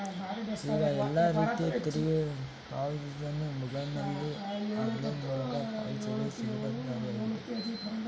ಈಗ ಎಲ್ಲ ರೀತಿಯ ತೆರಿಗೆ ಪಾವತಿಗಳನ್ನು ಮೊಬೈಲ್ನಲ್ಲಿ ಆನ್ಲೈನ್ ಮೂಲಕ ಪಾವತಿಸಲು ಸುಲಭ ದಾರಿಯಾಗಿದೆ